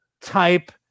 type